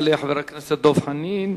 יעלה חבר הכנסת דב חנין,